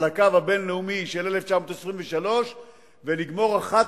על הקו הבין-לאומי של 1923 ולגמור אחת